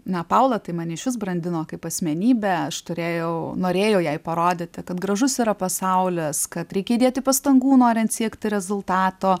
na paula tai mane išvis brandino kaip asmenybę aš turėjau norėjau jai parodyti kad gražus yra pasaulis kad reikia įdėti pastangų norint siekti rezultato